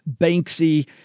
Banksy